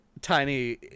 Tiny